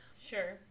Sure